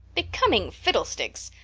becoming fiddlesticks!